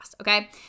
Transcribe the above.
okay